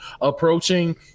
approaching